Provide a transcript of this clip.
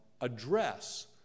address